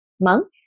month